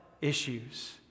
issues